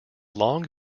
long